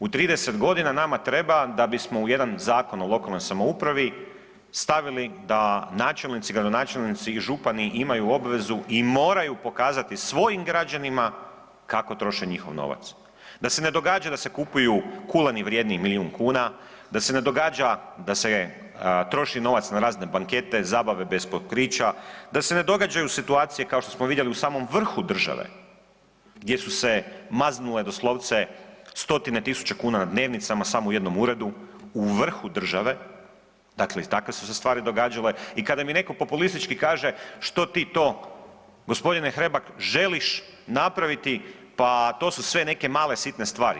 U 30.g. nama treba da bismo u jedan Zakon o lokalnoj samoupravi stavili da načelnici i gradonačelnici i župani imaju obvezu i moraju pokazati svojim građanima kako troše njihov novac da se ne događa da se kupuju kuleni vrijedni milijun kuna, da se ne događa da se troši novac na razne bankete, zabave bez pokrića, da se ne događaju situacije kao što smo vidjeli u samom vrhu države gdje su se maznule doslovce stotine tisuća kuna na dnevnicama samo u jednom uredu u vrhu države, dakle i takve su se stvari događale i kada mi neko populistički kaže što ti to g. Hrebak želiš napraviti, pa to su sve neke male sitne stvari.